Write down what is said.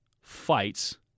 fights